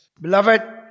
Beloved